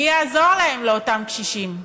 מי יעזור להם, לאותם קשישים?